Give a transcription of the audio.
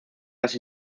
las